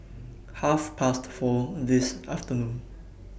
Half Past four This afternoon